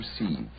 received